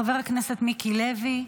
חבר הכנסת מיקי לוי,